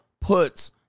puts